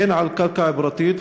הן על קרקע פרטית,